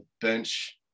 bench